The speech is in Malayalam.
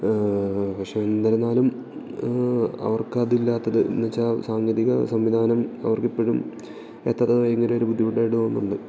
പക്ഷേ എന്നിരുന്നാലും അവർക്കതില്ലാത്തത് എന്നു വെച്ചാൽ സാങ്കേതിക സംവിധാനം അവർക്കിപ്പോഴും എത്താത്തത് ഭയങ്കരമൊരു ബുദ്ധിമുട്ടായിട്ട് തോന്നുന്നുണ്ട്